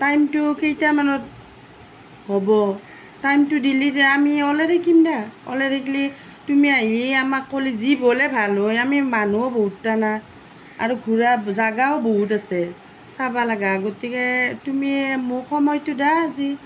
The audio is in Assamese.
টাইমটো কেইটামানত হ'ব টাইমটো দিলে এতিয়া আমি ওলাই থাকিম দিয়া ওলাই থাকিলে তুমি আহিয়ে আমাক ক'লে জীপ হ'লে ভাল হয় আমি মানুহো বহুতকেইটা ন আৰু ফুৰা জেগাও বহুত আছে চাব লগা গতিকে তুমি এই মোক সময়টো দিয়া আজি